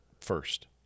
first